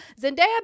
Zendaya